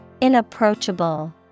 Inapproachable